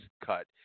cut